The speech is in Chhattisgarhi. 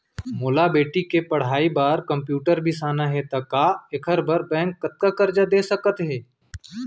मोला बेटी के पढ़ई बार कम्प्यूटर बिसाना हे त का एखर बर बैंक कतका करजा दे सकत हे?